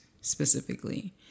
specifically